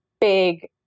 big